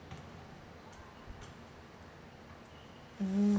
mm